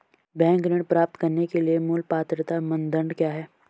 Bank ऋण प्राप्त करने के लिए मूल पात्रता मानदंड क्या हैं?